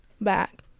back